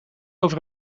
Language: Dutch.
over